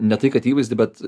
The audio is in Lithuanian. ne tai kad įvaizdį bet